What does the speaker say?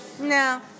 No